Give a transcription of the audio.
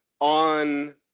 on